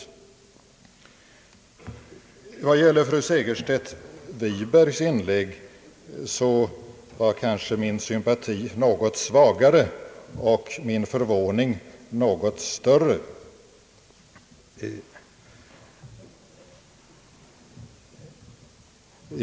Vad gäller fru Segerstedt Wibergs inlägg var kanske min sympati något svagare och min förvåning något större.